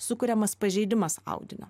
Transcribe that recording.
sukuriamas pažeidimas audinio